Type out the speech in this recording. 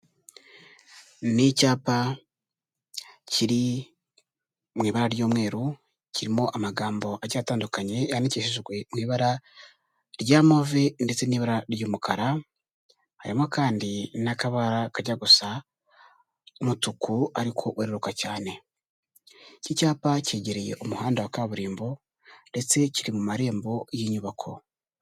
Ni icyapa kiri mu ibara ry'umweru, kirimo amagambo agiye atandukanye yandikishijwe mu ibara rya move ndetse n'ibara ry'umukara, harimo kandi n'akabara kajya gusa umutuku ariko weruruka cyane. Iki cyapa cyegereye umuhanda wa kaburimbo ndetse kiri mu marembo y'inyubako.